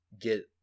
get